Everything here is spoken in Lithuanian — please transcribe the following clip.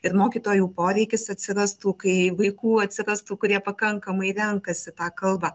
ir mokytojų poreikis atsirastų kai vaikų atsirastų kurie pakankamai renkasi tą kalbą